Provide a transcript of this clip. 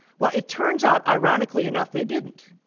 well, it turns out, ironically enough, they didn't.